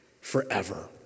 forever